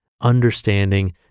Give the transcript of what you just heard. understanding